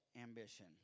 Ambition